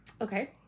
Okay